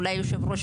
אולי יושב הראש,